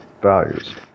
values